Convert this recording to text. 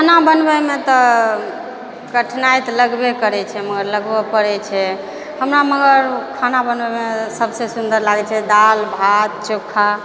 खाना बनबैमे तऽ कठिनाइ तऽ लगबे करै छै मगर लगबै पड़ै छै हमरा मगर खाना बनबैमे सबसँ सुन्दर लागै छै दालि भात चोखा